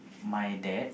my dad